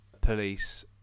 police